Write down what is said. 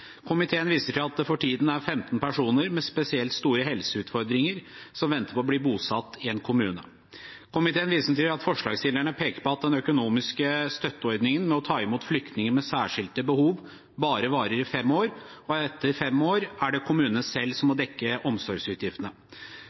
Komiteen viser til at det for tiden er 15 personer med spesielt store helseutfordringer som venter på å bli bosatt i en kommune. Komiteen viser til at forslagsstillerne peker på at den økonomiske støtteordningen med å ta imot flyktninger med særskilte behov bare varer i fem år, og etter fem år er det kommunene selv som må dekke omsorgsutgiftene.